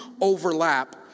overlap